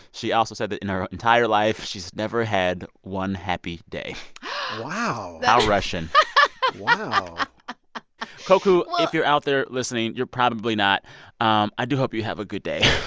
she also said that in her entire life, she's never had one happy day wow how russian wow koku, if you're out there listening you're probably not um i do hope you have a good day